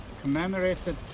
commemorated